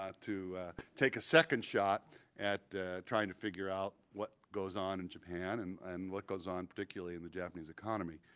to take a second shot at trying to figure out what goes on in japan and and what goes on, particularly, in the japanese economy.